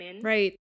Right